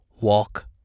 walk